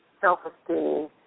self-esteem